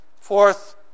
Fourth